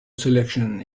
selection